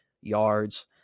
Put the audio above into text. yards